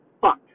fuck